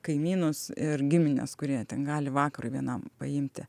kaimynus ir gimines kurie ten gali vakarui vienam paimti